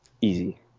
easy